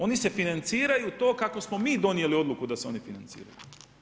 Oni se financiraju, to kako smo mi donijeli odluku da se oni financiraju.